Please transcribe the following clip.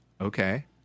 Okay